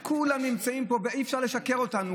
שכולם נמצאים בו ואי-אפשר לשקר לנו.